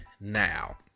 now